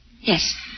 Yes